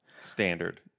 Standard